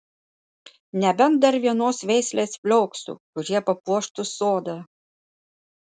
nebent dar vienos veislės flioksų kurie papuoštų sodą